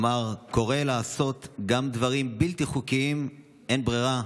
אמר: קורא לעשות גם דברים בלתי חוקיים, אין ברירה.